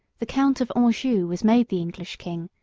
the count of anjou was made the english king,